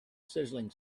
sizzling